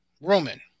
Roman